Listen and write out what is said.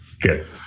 Good